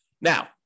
now